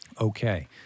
Okay